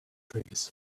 trees